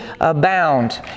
abound